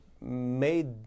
made